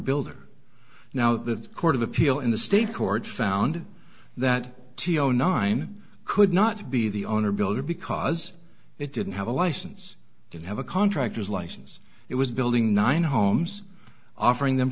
builder now the court of appeal in the state court found that t o nine could not be the owner builder because it didn't have a license to have a contractor's license it was building nine homes offering them